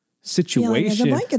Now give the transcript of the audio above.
situation